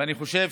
ואני חושב